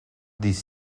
this